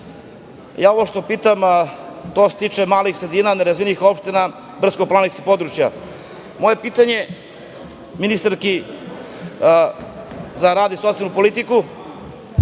se. Ovo što pitam, to se tiče malih sredina, nerazvijenih opština, brdsko-planinskih područja. Moje pitanje ministarki za rad i socijalnu politiku